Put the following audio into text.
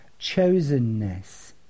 chosenness